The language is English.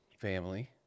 family